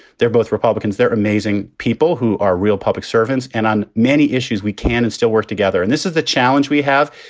they're both republicans. they're amazing people who are real public servants. and on many issues, we can and still work together. and this is the challenge we have.